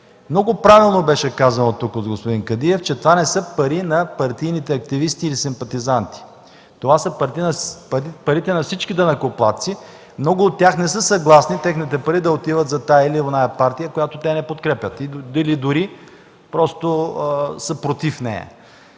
Много правилно беше казано тук от господин Кадиев, че това не са пари на партийни активисти или симпатизанти. Това са парите на всички данъкоплатци. Много от тях не са съгласни техните пари да отиват за тази или онази партия, която те не подкрепят или дори са против нея.